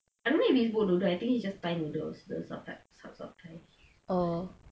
I don't know if it's boat noodle I think it's just thai noodles those Saap thai Saap Saap Thai